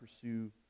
pursue